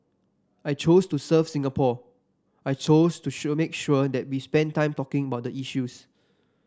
I chose to serve Singapore I chose to sure make sure that we spend time talking about the issues